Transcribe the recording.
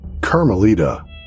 Carmelita